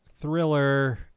thriller